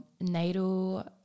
natal